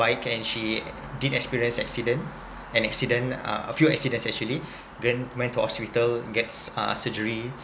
bike and she did experienced accident an accident uh a few incidents actually gen~ went to hospital get uh surgery